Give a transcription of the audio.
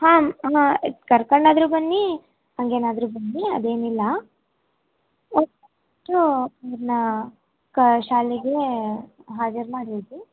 ಹಾಂ ಅಮ್ಮ ಕರ್ಕೊಂಡು ಆದರೂ ಬನ್ನಿ ಹಾಗೇನಾದ್ರೂ ಬನ್ನಿ ಅದೇನಿಲ್ಲ ಸೊ ಅವನ್ನ ಕ ಶಾಲೆಗೆ ಹಾಜರು ಮಾಡಿ ಹೋಗಿ